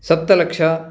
सप्तलक्षम्